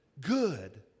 good